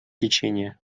лечение